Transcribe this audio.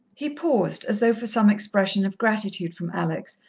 he paused, as though for some expression of gratitude from alex,